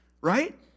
Right